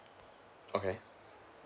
okay